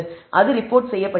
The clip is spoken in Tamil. அது ரிப்போர்ட் செய்யப்படுகிறது